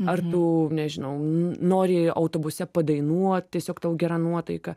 ar tu nežinau nori autobuse padainuot tiesiog tau gera nuotaika